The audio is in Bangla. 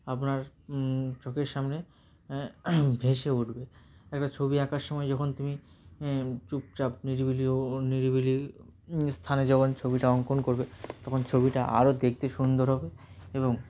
আপনার চোখের সামনে ভেসে উঠবে একটা ছবি আঁকার সময় যখন তুমি চুপচাপ নিরিবিলি ও নিরিবিলি স্থানে যখন ছবিটা অঙ্কন করবে তখন ছবিটা আরও দেখতে সুন্দর হবে এবং